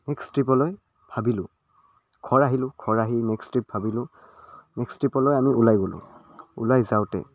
next ট্ৰিপলৈ ভাবিলোঁ ঘৰ আহিলোঁ ঘৰ আহি নেক্সট ট্ৰিপ ভাবিলোঁ নেক্সট ট্ৰিপলৈ আমি ওলাই গ'লোঁ ওলাই যাওঁতে